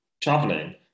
traveling